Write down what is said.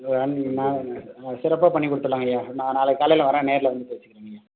நான் சிறப்பாக பண்ணிக்கொடுத்துட்லாங்கய்யா நான் நாளைக்கு காலையில வரேன் நேரில் வந்து பேசிக்கிறேங்கய்யா